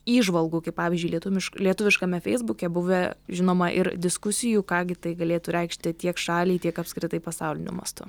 įžvalgų kaip pavyzdžiui lietumiš lietuviškame feisbuke buvę žinoma ir diskusijų ką gi tai galėtų reikšti tiek šaliai tiek apskritai pasauliniu mastu